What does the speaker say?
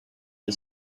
the